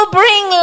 bring